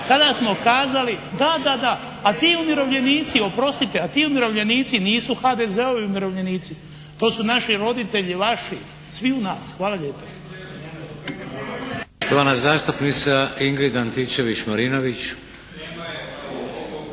kada smo kazali, da, da, da, a ti umirovljenici oprostite, a ti umirovljenici nisu HDZ-ovi umirovljenici. To su naši roditelji vaši, sviju nas. Hvala lijepa.